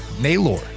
Naylor